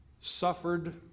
suffered